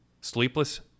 Sleepless